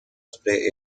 spray